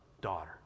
daughter